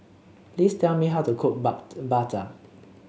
please tell me how to cook Bak Chang